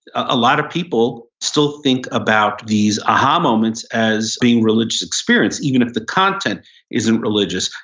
a lot of people still think about these aha moments as being religious experience. even if the content isn't religious.